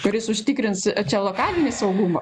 kuris užtikrins čia lokalinį saugumą